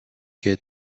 get